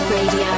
Radio